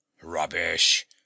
Rubbish